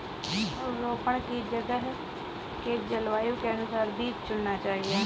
रोपड़ की जगह के जलवायु के अनुसार बीज चुनना चाहिए